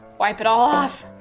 wipe it all off,